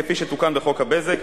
כפי שתוקן בחוק הבזק,